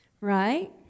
Right